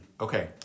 Okay